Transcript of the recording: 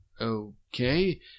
Okay